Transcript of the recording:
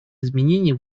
изменений